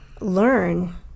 learn